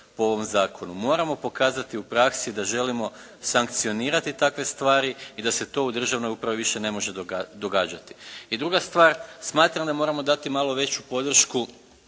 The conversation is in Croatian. po ovom zakonu. Moramo pokazati u praksi da želimo sankcionirati takve stvari i da se to u državnoj upravi više ne može događati. I druga stvar, smatram da moramo dati malo veću podršku